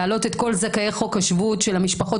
להעלות את כל זכאי חוק השבות של המשפחות